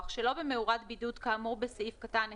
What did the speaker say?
שלא במאורת בידוד כאמור בסעיף קטן (1)(ב)